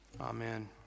Amen